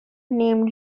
named